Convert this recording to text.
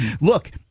Look